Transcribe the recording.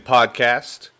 Podcast